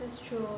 that's true